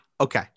Okay